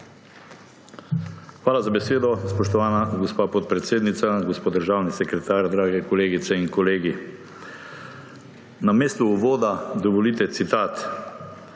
Hvala za besedo, spoštovana gospa podpredsednica. Gospod državni sekretar, drage kolegice in kolegi! Namesto uvoda dovolite citat.